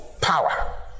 power